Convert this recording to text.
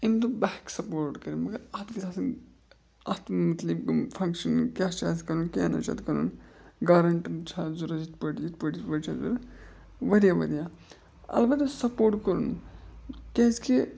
اَمہِ دوٚپ بہٕ ہٮ۪کہٕ سَپوٹ کٔرِتھ مگر اَتھ گژھِ آسٕنۍ اَتھ متعلق فَنٛگشَن کیٛاہ چھُ اَتھ کَرُن کینٛہہ نَہ چھُ اَتھ کَرُن گارَنٹَر چھ اَتھ ضوٚرَتھ یِتھ پٲٹھۍ یِتھ پٲٹھۍ یِتھ پٲٹھۍ چھِ اَتھ ضوٚرَتھ واریاہ واریاہ اَلبَتہ سَپوٹ کوٚرُن کیٛازِکہِ